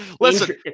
Listen